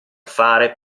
fare